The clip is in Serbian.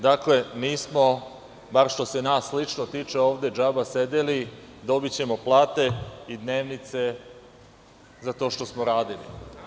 Dakle, nismo, bar što se nas lično tiče, ovde džaba sedeli, dobićemo plate i dnevnice za to što smo radili.